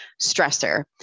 stressor